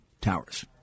Towers